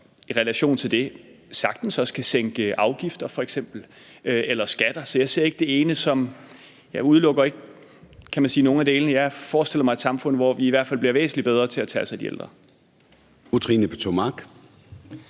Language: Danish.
i relation til det sagtens kan sænke afgifter f.eks. eller skatter. Så jeg udelukker ikke, kan man sige, nogen af delene. Jeg forestiller mig et samfund, hvor vi i hvert fald bliver væsentlig bedre til at tage os af de ældre.